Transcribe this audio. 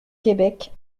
quebec